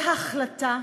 בהחלטה,